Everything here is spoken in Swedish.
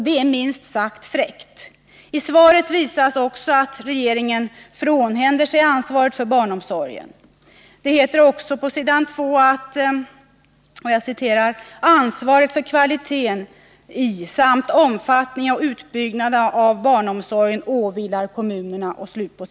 Det är minst sagt fräckt. Av interpellationssvaret framgår vidare att regeringen frånhänder sig ansvaret för barnomsorgen. Det heter på s. 2 att ”ansvaret för kvaliteten i samt omfattningen och utbyggnaden av barnomsorgen åvilar kommunerna”.